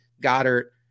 Goddard